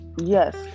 Yes